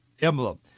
emblem